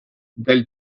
del